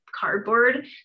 cardboard